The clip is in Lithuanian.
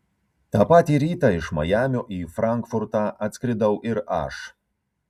tą patį rytą iš majamio į frankfurtą atskridau ir aš